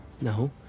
No